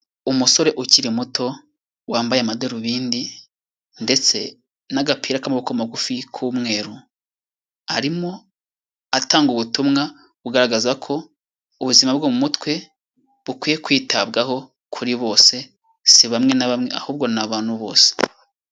Umusore ukiri muto wambaye amadarubindi ndetse n'agapira k'amaboko magufi k'umweru, arimo atanga ubutumwa bugaragaza ko ubuzima bwo mu mutwe bukwiye kwitabwaho kuri bose, si bamwe na bamwe ahubwo ni abantu bose.